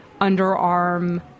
underarm